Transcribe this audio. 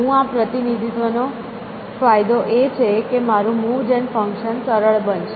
હું આ પ્રતિનિધિત્વનો ફાયદો એ છે કે મારું મૂવ જેન ફંક્શન સરળ બનશે